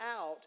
out